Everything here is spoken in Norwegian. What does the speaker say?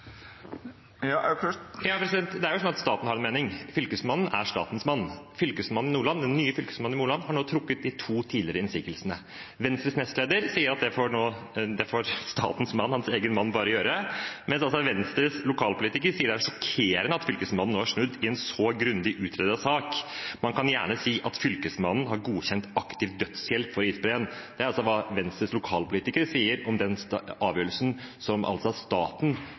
Det er vel slik at staten har en mening. Fylkesmannen er statens mann. Den nye fylkesmannen i Nordland har nå trukket de to tidligere innsigelsene. Venstres nestleder sier at det får statens mann – hans egen mann – bare gjøre, mens Venstres lokalpolitiker sier: «Det er sjokkerende at Fylkesmannen nå har snudd i en så grundig utredet sak . Man kan gjerne si fylkesmannen har godkjent aktiv dødshjelp for isbreen.» Det er altså hva Venstres lokalpolitiker sier om den avgjørelsen som staten,